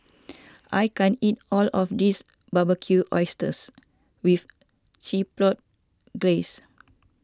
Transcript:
I can't eat all of this Barbecued Oysters with Chipotle Glaze